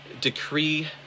decree